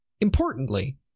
Importantly